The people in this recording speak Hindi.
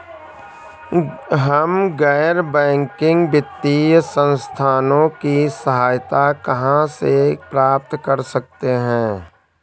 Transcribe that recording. हम गैर बैंकिंग वित्तीय संस्थानों की सहायता कहाँ से प्राप्त कर सकते हैं?